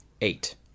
Eight